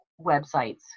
websites